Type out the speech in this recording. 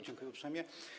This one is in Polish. Dziękuję uprzejmie.